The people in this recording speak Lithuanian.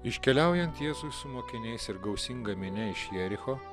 iškeliaujant jėzui su mokiniais ir gausinga minia iš jericho